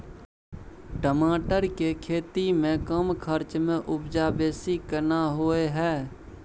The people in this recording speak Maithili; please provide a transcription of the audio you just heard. टमाटर के खेती में कम खर्च में उपजा बेसी केना होय है?